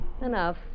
Enough